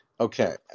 Okay